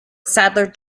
sadler